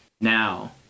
Now